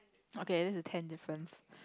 okay this is ten difference